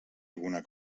alguna